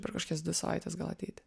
per kažkokias dvi savaites gal ateiti